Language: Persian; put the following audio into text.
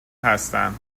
هستم